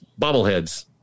bobbleheads